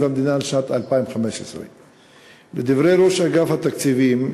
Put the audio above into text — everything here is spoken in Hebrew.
המדינה לשנת 2015. לדברי ראש אגף התקציבים,